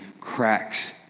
cracks